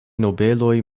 nobeloj